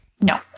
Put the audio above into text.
No